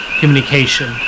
communication